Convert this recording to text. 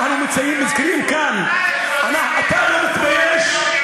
אנחנו מזכירים כאן, אתה לא מתבייש?